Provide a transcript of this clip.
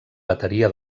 bateria